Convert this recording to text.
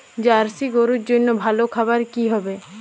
Jersey গরুর জন্য ভালো খাবার কি হবে?